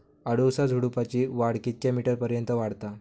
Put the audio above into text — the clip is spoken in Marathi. अडुळसा झुडूपाची वाढ कितक्या मीटर पर्यंत वाढता?